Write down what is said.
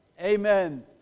Amen